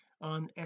on